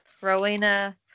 Rowena